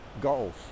goals